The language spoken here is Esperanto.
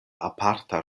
aparta